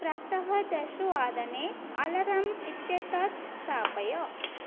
प्रातः दशवादने अलाराम् इत्येतत् स्थापय